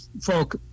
folk